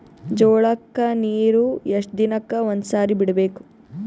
ಜೋಳ ಕ್ಕನೀರು ಎಷ್ಟ್ ದಿನಕ್ಕ ಒಂದ್ಸರಿ ಬಿಡಬೇಕು?